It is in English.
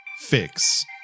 Fix